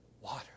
water